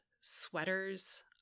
sweaters